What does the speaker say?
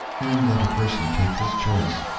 and let a person take his choice.